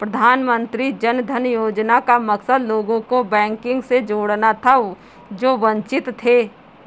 प्रधानमंत्री जन धन योजना का मकसद लोगों को बैंकिंग से जोड़ना था जो वंचित थे